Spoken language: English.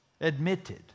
admitted